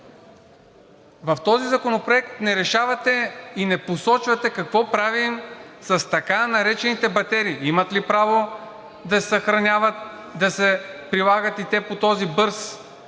В този законопроект не решавате и не посочвате какво правим с така наречените батерии. Имат ли право да се съхраняват, да се прилагат и те по този бърз